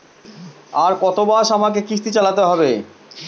আর কতমাস আমাকে কিস্তি চালাতে হবে?